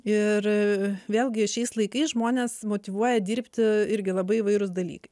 ir vėlgi šiais laikais žmones motyvuoja dirbti irgi labai įvairūs dalykai